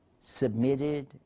submitted